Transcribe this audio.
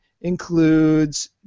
includes